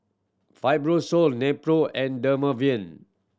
Fibrosol Nepro and Dermaveen